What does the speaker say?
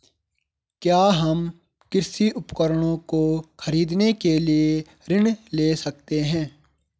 क्या हम कृषि उपकरणों को खरीदने के लिए ऋण ले सकते हैं?